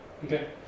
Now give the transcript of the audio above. Okay